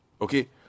Okay